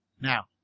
Now